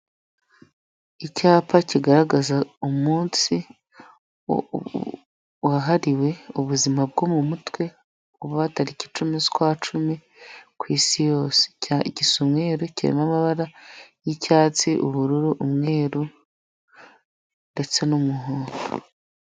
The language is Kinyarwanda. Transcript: Icyapa kigaragaza umunsi wahariwe ubuzima bwo mu mutwe, uba tariki icumi z'ukwa cumi ku isi yose, gisa umweru, kirimo amabara y'icyatsi, ubururu, umweru ndetse n'umuhondo.